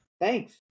Thanks